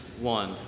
one